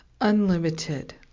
Unlimited